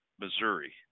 Missouri